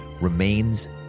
remains